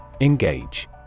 Engage